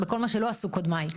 בכל מה שלא עשו קודמיי,